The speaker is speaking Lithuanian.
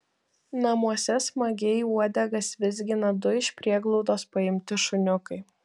namuose smagiai uodegas vizgina du iš prieglaudos paimti šuniukai